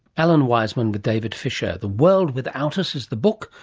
alan weisman with david fisher. the world without us is the book,